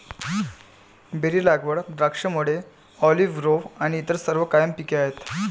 berry लागवड, द्राक्षमळे, olive grove आणि इतर सर्व कायम पिके आहेत